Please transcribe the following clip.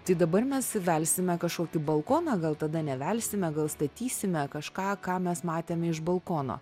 tai dabar mes įsivelsime kažkokį balkoną gal tada nevelsime gal statysime kažką ką mes matėme iš balkono